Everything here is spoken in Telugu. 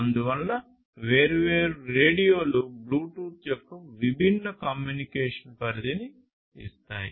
అందువల్ల వేర్వేరు రేడియోలు బ్లూటూత్ యొక్క విభిన్న కమ్యూనికేషన్ పరిధిని ఇస్తాయి